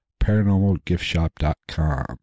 paranormalgiftshop.com